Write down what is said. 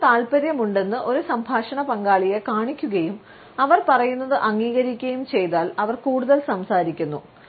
നമുക്ക് താൽപ്പര്യമുണ്ടെന്ന് ഒരു സംഭാഷണ പങ്കാളിയെ കാണിക്കുകയും അവർ പറയുന്നത് അംഗീകരിക്കുകയും ചെയ്താൽ അവർ കൂടുതൽ സംസാരിക്കുന്നു